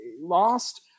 lost